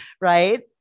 right